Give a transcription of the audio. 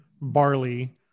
barley